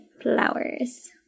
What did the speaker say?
flowers